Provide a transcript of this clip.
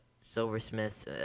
silversmiths